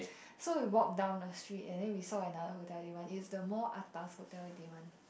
so we walked down the street and then we saw another Hotel-Eighty-One it is the more atas Hotel-Eighty-One